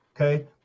okay